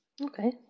Okay